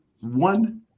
one